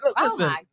Listen